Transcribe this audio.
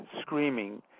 screaming